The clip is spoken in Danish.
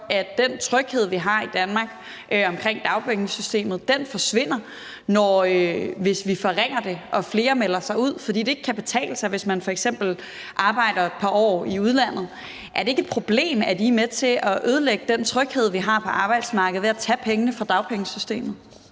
at den tryghed, vi har i Danmark omkring dagpengesystemet, forsvinder, hvis vi forringer det, og at flere melder sig ud, fordi det ikke kan betale sig, hvis man f.eks. arbejder et par år i udlandet. Er det ikke et problem, at I er med til at ødelægge den tryghed, vi har på arbejdsmarkedet, ved at tage pengene fra dagpengesystemet?